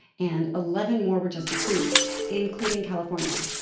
and eleven more were just approved, including california.